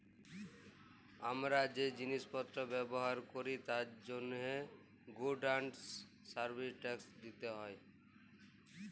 হামরা যে জিলিস পত্র ব্যবহার ক্যরি তার জন্হে গুডস এন্ড সার্ভিস ট্যাক্স দিতে হ্যয়